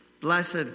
Blessed